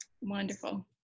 Wonderful